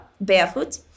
barefoot